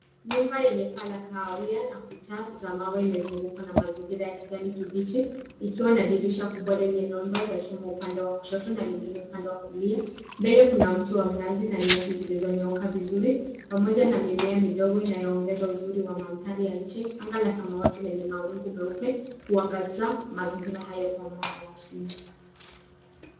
Nyumba yenye paa la kahawia na kuta za mawe imezungukwa na mazingira ya kijani kibichi likiwa na dirisha kubwa lenye nondo za chuma upande wa kushoto na lingine upande wa kulia. Mbele kuna mti wa mnazi na nyasi zilizonyooka vizuri pamoja na mimea midogo inayoongeza uzuri wa mandhari ya nje. Anga la samawati lenye mawingu meupe huangaza mazingira hayo kwa mwanga wa asili.